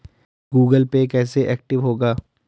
Google Pay कैसे active होगा?